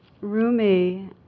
Rumi